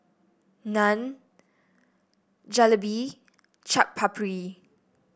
Naan Jalebi Chaat Papri